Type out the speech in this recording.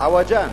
עוג'אן,